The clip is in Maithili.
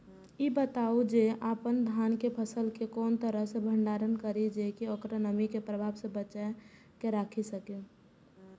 ई बताऊ जे अपन धान के फसल केय कोन तरह सं भंडारण करि जेय सं ओकरा नमी के प्रभाव सं बचा कय राखि सकी?